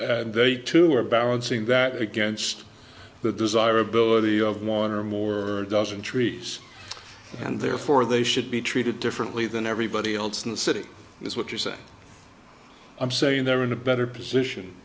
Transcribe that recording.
and they too are balancing that against the desirability of one or more a dozen trees and therefore they should be treated differently than everybody else in the city is what you're saying i'm saying they're in a better position